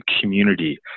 community